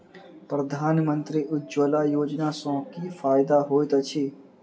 प्रधानमंत्री उज्जवला योजना सँ की फायदा होइत अछि?